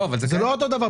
זה לא אותו דבר.